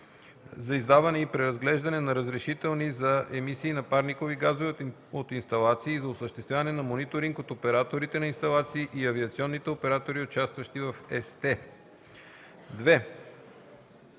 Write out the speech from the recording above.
за издаване и преразглеждане на разрешителни за емисии на парникови газове от инсталации и за осъществяване на мониторинг от операторите на инсталации и авиационните оператори, участващи в ЕСТЕ;